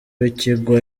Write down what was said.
w’ikigo